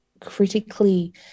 critically